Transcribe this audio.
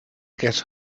get